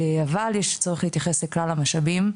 אבל, יש צורך להתייחס לכלל המשאבים,